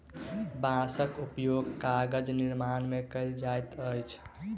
बांसक उपयोग कागज निर्माण में कयल जाइत अछि